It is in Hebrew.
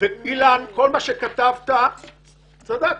אילן כל מה שכתבת צדקת,